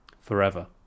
forever